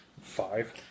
Five